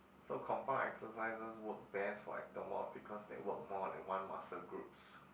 so compound exercises work best for ectomorph because they work more than one muscle groups